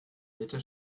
mitte